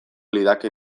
lidake